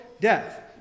death